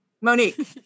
Monique